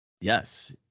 yes